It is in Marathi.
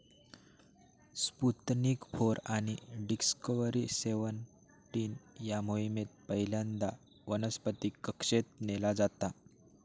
स्पुतनिक फोर आणि डिस्कव्हर सेव्हनटीन या मोहिमेत पहिल्यांदा वनस्पतीक कक्षेत नेला जाता